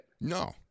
No